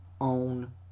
own